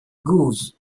goose